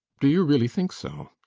do you really think so?